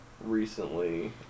recently